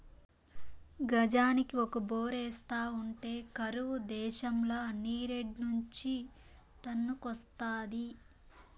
గజానికి ఒక బోరేస్తా ఉంటే కరువు దేశంల నీరేడ్నుంచి తన్నుకొస్తాది